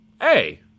hey